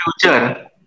future